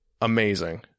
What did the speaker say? amazing